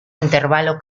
intervalo